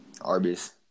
Arby's